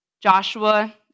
Joshua